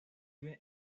vive